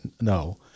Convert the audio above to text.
No